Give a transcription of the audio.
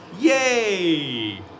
Yay